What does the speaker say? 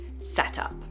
setup